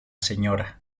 sra